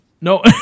No